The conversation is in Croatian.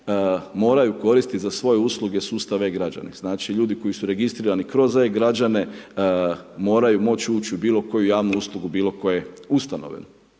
mora koristiti za svoje usluge sustav e-građani. Znači ljudi koji su registrirani kroz e-građane moraju moći ući u bilo koju javnu uslugu bilo koje ustanove.